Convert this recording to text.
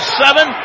seven